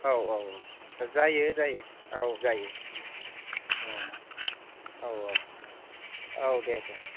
औ औ औ आथसा जायो जायो औ जायो औ औ औ दे दे